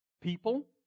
people